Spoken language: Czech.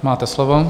Máte slovo.